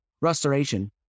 restoration